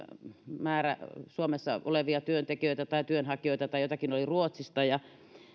määrä suomessa olevia työntekijöitä tai työnhakijoita tai joitakin oli ruotsista mutta